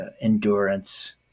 endurance